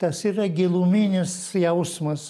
tas yra giluminis jausmas